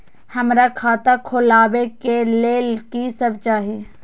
हमरा खाता खोलावे के लेल की सब चाही?